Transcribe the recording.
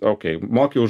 okei moki už